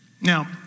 Now